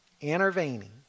intervening